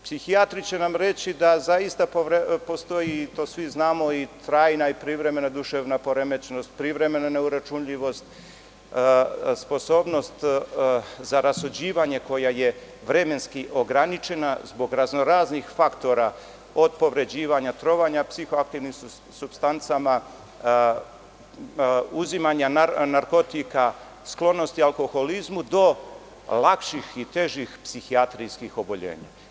Psihijatri će nam reći da zaista postoji, to svi znamo, trajna i privremena duševna poremećenost, privremena neuračunljivost, sposobnost za rasuđivanje koja je vremenski ograničena zbog raznoraznih faktora, od povređivanja, trovanja psihoaktivnim supstancama, uzimanja narkotika, sklonosti alkoholizmu, do lakših i težih psihijatrijskih oboljenja.